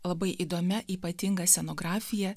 labai įdomia ypatinga scenografija